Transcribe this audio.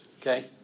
okay